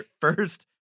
First